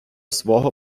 свого